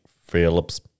Phillips